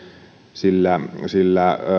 sillä sillä